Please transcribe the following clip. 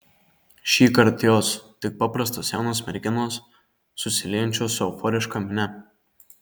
šįkart jos tik paprastos jaunos merginos susiliejančios su euforiška minia